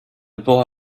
bourg